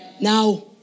Now